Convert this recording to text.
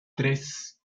tres